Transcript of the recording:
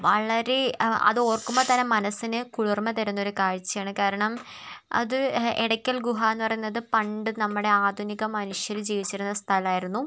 വളരെ അത് ഓർക്കുമ്പം തന്നെ മനസ്സിന് കുളിർമ തരുന്ന ഒരു കാഴ്ച്ചയാണ് കാരണം അത് എടക്കൽ ഗുഹ എന്ന് പറയുന്നത് പണ്ട് നമ്മുടെ ആധുനിക മനുഷ്യർ ജീവിച്ചിരുന്ന സ്ഥലമായിരുന്നു